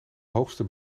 hoogste